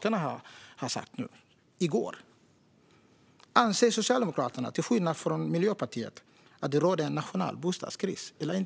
Anser Socialdemokraterna, till skillnad från Miljöpartiet, att det råder nationell bostadskris, eller inte?